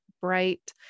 bright